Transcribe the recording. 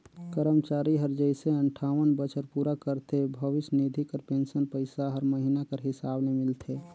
करमचारी हर जइसे अंठावन बछर पूरा करथे भविस निधि कर पेंसन पइसा हर महिना कर हिसाब ले मिलथे